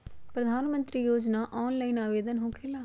प्रधानमंत्री योजना ऑनलाइन आवेदन होकेला?